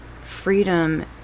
freedom